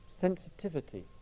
sensitivity